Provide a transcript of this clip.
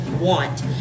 want